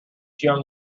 young